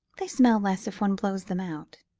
they smell less if one blows them out,